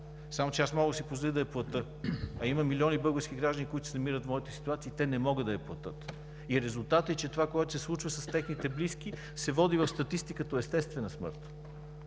Само че аз мога да си позволя да я платя, а има милиони български граждани, които се намират в моята ситуация и те не могат да я платят. Резултатът е, че това, което се случва с техните близки, се води в статистиката като естествена смърт.